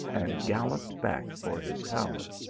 and galloped back for his tower.